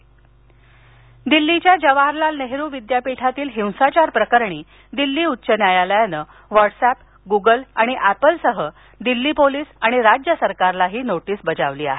जे N U update दिल्लीच्या जवाहरलाल नेहरू विद्यापीठातील हिंसाचार प्रकरणी दिल्ली उच्च न्यायालयानं व्हॉट्सअँप गुगल आणि अँपलसह दिल्ली पोलीस आणि राज्य सरकारला नोटीस बजावली आहे